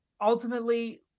ultimately